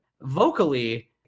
vocally